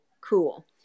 cool